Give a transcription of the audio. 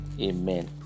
Amen